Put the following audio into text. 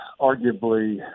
arguably